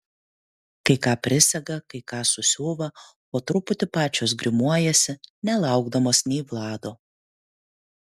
kai ką prisega kai ką susiuva po truputį pačios grimuojasi nelaukdamos nei vlado